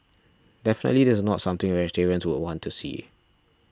definitely this is not something vegetarians would want to see